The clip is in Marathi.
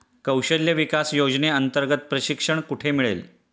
कौशल्य विकास योजनेअंतर्गत प्रशिक्षण कुठे मिळेल?